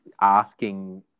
asking